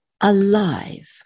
alive